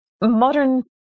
modern